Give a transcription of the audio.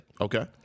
Okay